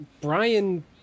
Brian